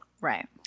Right